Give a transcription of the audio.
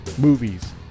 movies